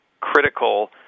critical